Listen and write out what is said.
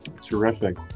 Terrific